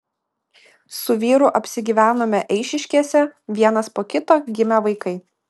su vyru apsigyvenome eišiškėse vienas po kito gimė vaikai